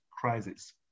crisis